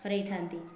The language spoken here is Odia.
ହରେଇଥାଆନ୍ତି